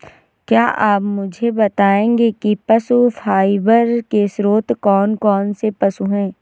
क्या आप मुझे बताएंगे कि पशु फाइबर के स्रोत कौन कौन से पशु हैं?